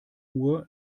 uhr